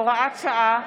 הוראת שעה)